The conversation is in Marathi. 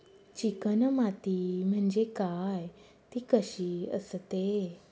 चिकण माती म्हणजे काय? ति कशी असते?